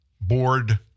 board